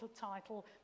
title